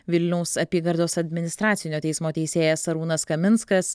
vilniaus apygardos administracinio teismo teisėjas arūnas kaminskas